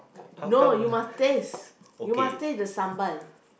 no you must taste you must taste the sambal